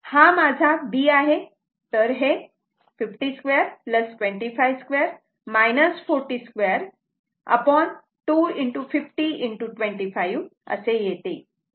हा माझा b आहे तर हे 502 252 402 2 50 25 असे येते